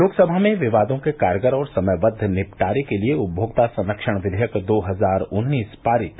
लोकसभा में विवादों के कारगर और समयबद्व निपटारे के लिए उपभोक्ता संरक्षण विधेयक दो हजार उन्नीस पारित